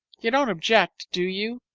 you don't object, do you,